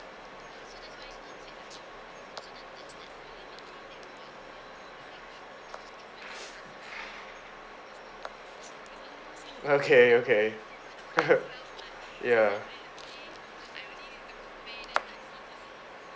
okay okay ya